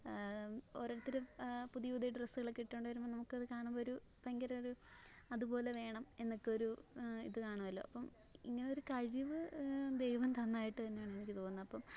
ഓരോരുത്തർ പുതിയ പുതിയ ഡ്രസ്സുകളൊക്കെ ഇട്ട് കൊണ്ട് വരുമ്പോൾ നമുക്ക് അത് കാണുമ്പോൾ ഒരു ഭയങ്കര ഒരു അതുപോലെ വേണം എന്നൊക്കെ ഒരു ഇത് കാണുമല്ലോ അപ്പം ഇങ്ങനെ ഒരു കഴിവ് ദൈവം തന്നതായിട്ട് തന്നെയാണ് എനിക്ക് തോന്നുന്നത് അപ്പം